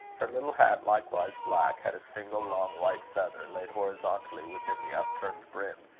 her little hat, likewise black, had a single long, white feather, laid horizontally within the upturned brim,